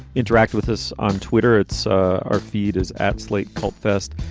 interact with us on twitter. it's our feed is at slate kulp fest.